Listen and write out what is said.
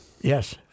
Yes